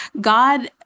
God